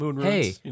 hey